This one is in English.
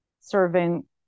serving